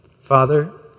Father